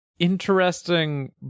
interesting